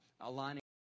aligning